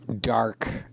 dark